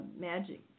Magic